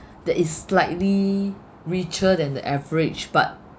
that is slightly richer than the average but